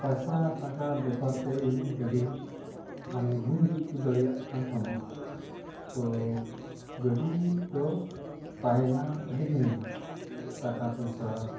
ᱯᱟᱭᱥᱟ ᱴᱟᱠᱟ ᱵᱮᱯᱟᱨ ᱛᱮ ᱤᱧ ᱜᱟᱹᱰᱤ ᱢᱟᱱᱮ ᱵᱟᱹᱧ ᱡᱩᱛᱪᱚ ᱫᱟᱲᱮᱭᱟᱜ ᱠᱟᱱ ᱛᱟᱢᱟ ᱛᱚ ᱜᱟᱹᱰᱤ ᱫᱚ ᱛᱟᱦᱮᱱᱟ ᱟᱹᱰᱤ ᱫᱤᱱ ᱜᱮ ᱴᱟᱠᱟ ᱯᱚᱭᱥᱟ